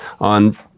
on